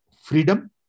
freedom